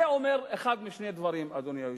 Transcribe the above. זה אומר אחד משני דברים, אדוני היושב-ראש: